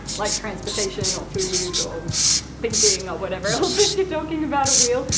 like transportation or food or thinking or whatever else, if you're talking about a wheel.